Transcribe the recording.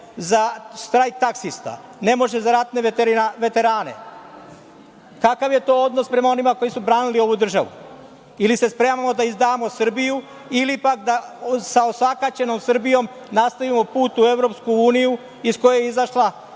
za štrajk taksista, a ne može za ratne veterane. Kakav je to odnos prema onima koji su branili ovu državu ili se spremamo da izdamo Srbiju ili pak da sa osakaćenom Srbijom nastavimo put u EU iz koje je izašla